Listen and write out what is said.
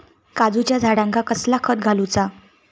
काजूच्या झाडांका कसला खत घालूचा?